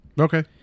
Okay